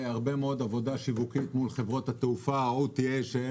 והרבה מאוד עבודה שיווקית מול חברות התעופה שהם